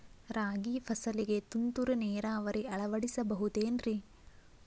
ರಾಗಿ ಫಸಲಿಗೆ ತುಂತುರು ನೇರಾವರಿ ಅಳವಡಿಸಬಹುದೇನ್ರಿ?